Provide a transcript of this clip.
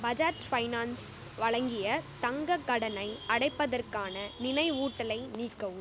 Bajaj Finance வழங்கிய தங்கக் கடனை அடைப்பதற்கான நினைவூட்டலை நீக்கவும்